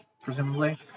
presumably